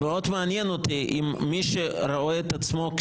מאוד מעניין אותי לראות את מי שראה את עצמו באותה